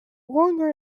longer